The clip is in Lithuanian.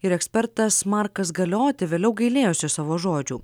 ir ekspertas markas galioti vėliau gailėjosi savo žodžių